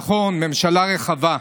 נכון, ממשלה רחבה,